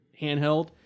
handheld